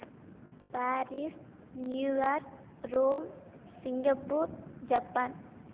Paris New York Rome Singapore Japan